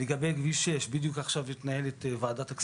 לגבי כביש 6, בדיוק עכשיו מתנהלת ועדת הכספים.